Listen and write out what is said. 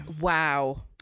wow